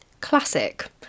Classic